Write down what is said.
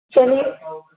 चलो